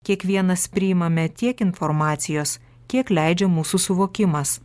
kiekvienas priimame tiek informacijos kiek leidžia mūsų suvokimas